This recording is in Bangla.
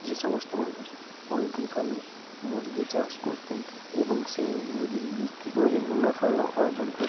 যে সমস্ত মানুষ পোলট্রি ফার্মে মুরগি চাষ করতেন এবং সেই মুরগি বিক্রি করে মুনাফা অর্জন করতেন